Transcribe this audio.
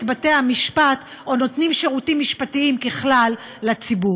בתי-המשפט או נותנים שירותים משפטיים לציבור.